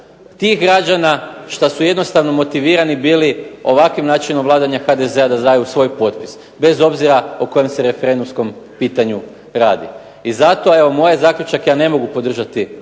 tih građana šta su jednostavno motivirani bili ovakvim načinom vladanja HDZ-a da daju svoj potpis, bez obzira o kojem se referendumskom pitanju radi. I zato evo moj je zaključak, ja ne mogu podržati